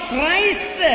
Christ